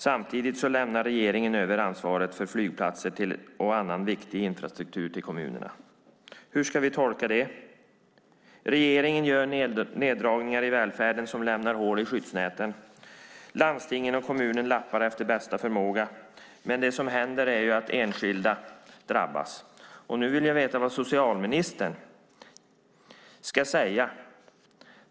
Samtidigt lämnar regeringen över ansvaret för flygplatser och annan viktig infrastruktur till kommunerna. Hur ska vi tolka det? Regeringen gör neddragningar i välfärden som lämnar hål i skyddsnäten. Landstingen och kommunerna lappar efter bästa förmåga, men det som händer är att enskilda drabbas. Nu vill jag veta vad socialministern ska säga.